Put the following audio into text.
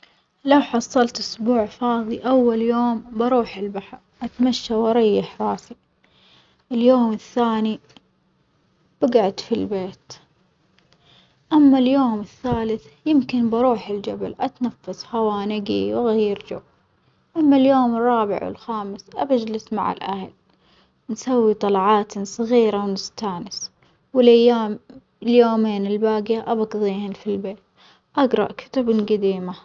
لو حصلت أسبوع فاظي أول يوم بروح البحر أتمشى وأريح راسي اليوم الثاني بجعد في البيت، أما اليوم الثالث يمكن بروح الجبل أتنفس هوا نجي وأغير جو، أما اليوم الرابع والخامس بجلس مع الأهل ونسوي طلعات صغيرة ونستأنس، والأيام اليومين الباجية أبي أجظيهم في البيت أجرا كتبٍ جديمة.